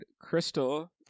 Crystal